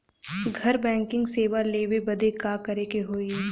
घर बैकिंग सेवा लेवे बदे का करे के होई?